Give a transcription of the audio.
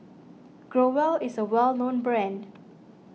Growell is a well known brand